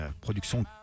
production